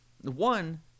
one